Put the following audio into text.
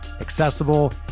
accessible